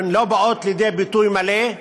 הן לא באות לידי ביטוי מלא,